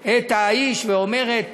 את האיש ואומרת: